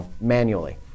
manually